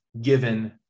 given